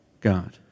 God